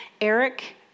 Eric